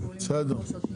בסדר.